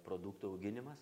produktų auginimas